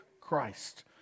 Christ